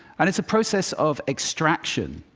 and it's a process of extraction.